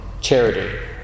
charity